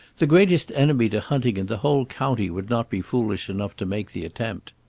the greatest enemy to hunting in the whole county would not be foolish enough to make the attempt.